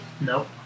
Nope